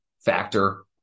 factor